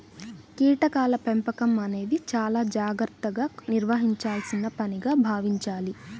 కీటకాల పెంపకం అనేది చాలా జాగర్తగా నిర్వహించాల్సిన పనిగా భావించాలి